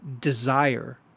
desire